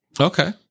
Okay